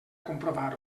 comprovar